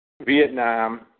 Vietnam